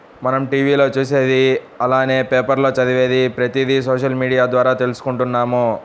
మనం టీవీ లో చూసేది అలానే పేపర్ లో చదివేది ప్రతిది సోషల్ మీడియా ద్వారా తీసుకుంటున్నాము